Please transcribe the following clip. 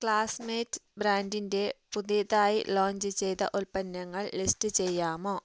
classmate ബ്രാൻഡിന്റെ പുതിയതായി launch ചെയ്ത ഉൽപ്പന്നങ്ങൾ ലിസ്റ്റ് ചെയ്യാമോ